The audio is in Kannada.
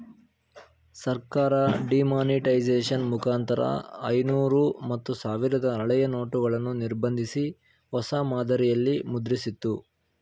ಸರ್ಕಾರ ಡಿಮಾನಿಟೈಸೇಷನ್ ಮುಖಾಂತರ ಐನೂರು ಮತ್ತು ಸಾವಿರದ ಹಳೆಯ ನೋಟುಗಳನ್ನು ನಿರ್ಬಂಧಿಸಿ, ಹೊಸ ಮಾದರಿಯಲ್ಲಿ ಮುದ್ರಿಸಿತ್ತು